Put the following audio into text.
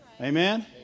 Amen